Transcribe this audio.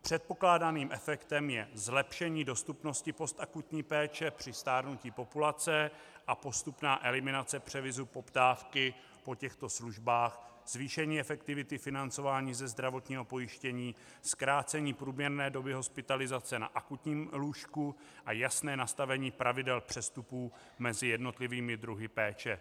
Předpokládaným efektem je zlepšení dostupnosti postakutní péče při stárnutí populace a postupná eliminace převisu poptávky po těchto službách, zvýšení efektivity financování ze zdravotního pojištění, zkrácení průměrné doby hospitalizace na akutním lůžku a jasné nastavení pravidel přestupů mezi jednotlivými druhy péče.